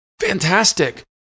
Fantastic